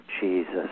Jesus